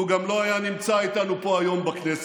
והוא גם לא היה נמצא איתנו פה היום בכנסת.